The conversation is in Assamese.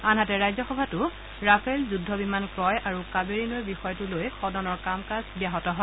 আনহাতে ৰাজ্যসভাতো ৰাফেল যুদ্ধ বিমান ক্ৰয় আৰু কাবেৰী নৈৰ বিষয়টো লৈ সদনৰ কাম কাজ ব্যাহত হয়